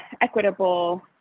equitable